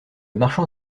marchand